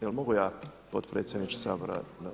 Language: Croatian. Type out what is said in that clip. Jel mogu ja potpredsjedniče Sabora.